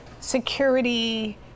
security